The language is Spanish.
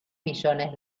millones